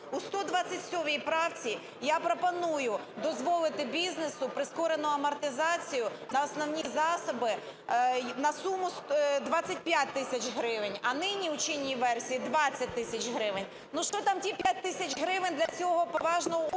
У 127 правці я пропоную дозволити бізнесу прискорену амортизацію на основні засоби на суму 25 тисяч гривень, а нині у чинній версії - 20 тисяч гривень. Ну що там ті п'ять тисяч гривень для цього поважного органу,